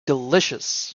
delicious